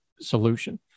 solution